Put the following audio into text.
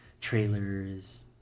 trailers